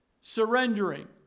surrendering